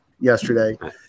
yesterday